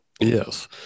Yes